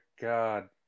God